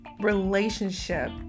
relationship